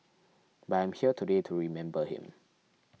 but I'm here today to remember him